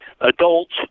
adults